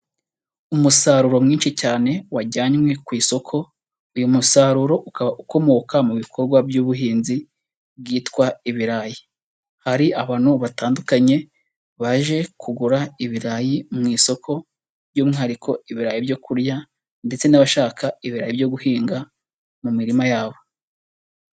Umusaruro mwinshi cyane wajyanywe ku isoko, uyu musaruro ukaba ukomoka mu bikorwa by'ubuhinzi bwitwa ibirayi, hari abantu batandukanye baje kugura ibirayi mu isoko ry'umwihariko ibirayi byo kurya ndetse n'abashaka ibirayi byo guhinga mu mirima yabo.